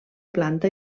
planta